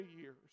years